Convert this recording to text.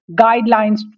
guidelines